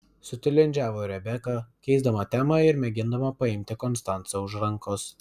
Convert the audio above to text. sutilindžiavo rebeka keisdama temą ir mėgindama paimti konstancą už rankos